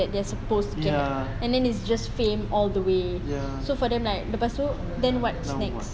that they're supposed get and then it's just fame all the way so for them like lepas itu then what's next